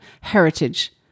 heritage